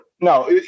no